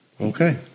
Okay